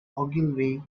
ogilvy